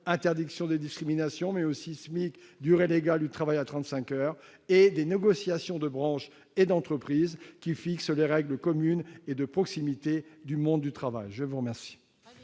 interdiction des discriminations, mais aussi SMIC, durée légale du travail à 35 heures -et, d'autre part, des négociations de branche et d'entreprise qui fixent les règles communes et de proximité du monde du travail. Très bien